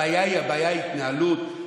הבעיה היא ההתנהלות.